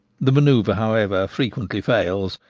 the manoeuvre, however, frequently fails,